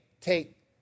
take –